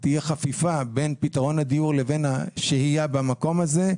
חפיפה בין פתרון הדיור לבין השהייה במקום הזה,